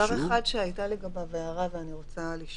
דבר אחד שהייתה לי הערה לגביו ואני רוצה לשאול